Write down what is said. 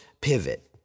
pivot